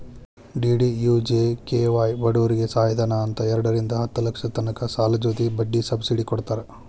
DDUGKY ಬಡೂರಿಗೆ ಸಹಾಯಧನ ಅಂತ್ ಎರಡರಿಂದಾ ಹತ್ತ್ ಲಕ್ಷದ ತನಕ ಸಾಲದ್ ಜೊತಿ ಬಡ್ಡಿ ಸಬ್ಸಿಡಿ ಕೊಡ್ತಾರ್